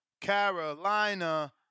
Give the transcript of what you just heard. Carolina